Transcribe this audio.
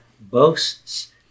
boasts